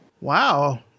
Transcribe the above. Wow